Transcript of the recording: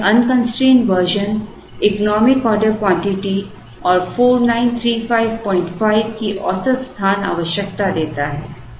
तो हमें unconstrained version economic order quantity और 49355 की औसत स्थान आवश्यकता देता है